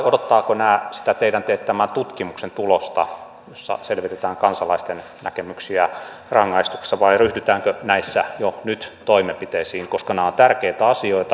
odottavatko nämä sitä teidän teettämän tutkimuksen tulosta jossa selvitetään kansalaisten näkemyksiä rangaistuksista vai ryhdytäänkö näissä jo nyt toimenpiteisiin koska nämä ovat tärkeitä asioita